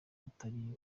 atari